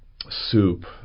soup